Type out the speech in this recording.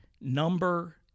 number